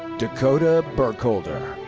dakoda burkholder.